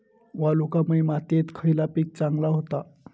वालुकामय मातयेत खयला पीक चांगला होता?